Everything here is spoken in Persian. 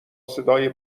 صدای